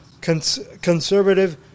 conservative